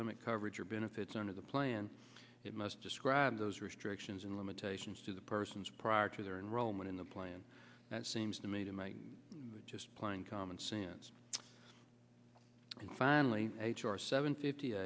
limit coverage or benefits under the plan it must describe those restrictions and limitations to the persons prior to their enrollment in the plan that seems to me to make just plain common sense and finally h r seven fifty